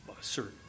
certain